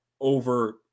over